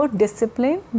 discipline